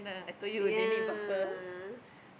ya